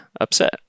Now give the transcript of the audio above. upset